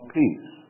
peace